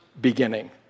beginning